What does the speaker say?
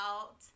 out